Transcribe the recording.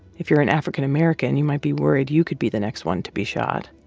if you're an african-american, you might be worried you could be the next one to be shot.